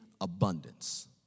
abundance